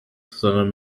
sondern